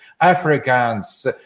Africans